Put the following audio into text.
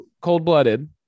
cold-blooded